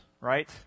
right